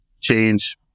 change